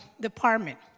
department